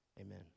Amen